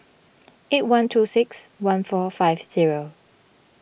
eight one two six one four five zero